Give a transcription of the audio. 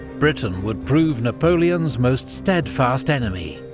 britain would prove napoleon's most steadfast enemy,